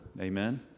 Amen